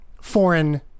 Foreign